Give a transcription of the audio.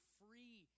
free